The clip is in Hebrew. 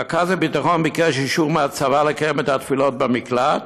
רכז הביטחון ביקש אישר מהצבא לקיים את התפילות במקלט